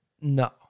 no